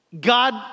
God